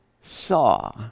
saw